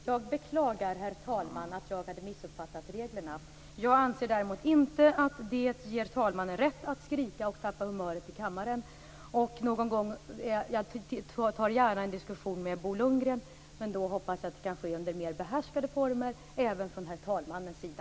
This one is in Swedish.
Herr talman! Jag beklagar att jag hade missuppfattat reglerna. Jag anser däremot inte att det ger talmannen rätt att skrika och tappa humöret i kammaren. Jag för gärna en diskussion med Bo Lundgren, men då hoppas jag att det kan ske under mer behärskade former även från herr talmannen sida.